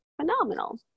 phenomenal